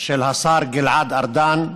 של השר גלעד ארדן,